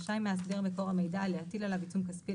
רשאי מאסדר מקור המידע להטיל עליו עיצום כספי,